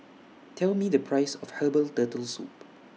Tell Me The Price of Herbal Turtle Soup